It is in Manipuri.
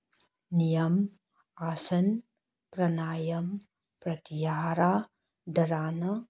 ꯅꯤꯌꯝ ꯑꯁꯟ ꯄ꯭ꯔꯅꯌꯝ ꯄ꯭ꯔꯇꯤꯌꯥꯍꯥꯔ ꯙꯔꯅ